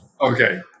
Okay